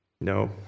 No